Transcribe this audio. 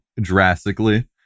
drastically